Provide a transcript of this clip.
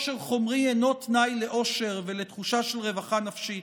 עושר חומרי אינו תנאי לאושר ולתחושה של רווחה נפשית,